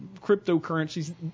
cryptocurrencies